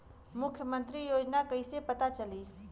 मुख्यमंत्री योजना कइसे पता चली?